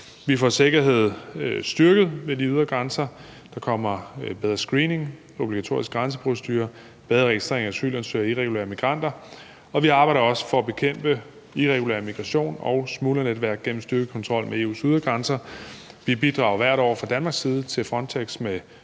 Vi får sikkerheden styrket ved de ydre grænser. Der kommer bedre screening, obligatoriske grænseprocedurer, bedre registrering af asylansøgere og irregulære migranter, og vi arbejder også for at bekæmpe irregulær migration og smuglernetværk gennem styrket kontrol med EU's ydre grænser. Vi bidrager hvert år fra Danmarks side til Frontex med